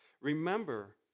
Remember